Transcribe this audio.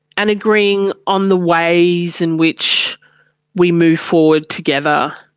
and agreeing on the ways in which we move forward together.